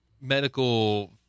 medical